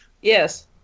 Yes